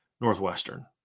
Northwestern